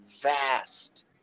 vast